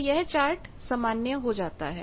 तो यह चार्ट सामान्य हो जाता है